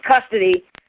custody